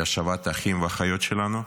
להשבת האחים והאחיות שלנו.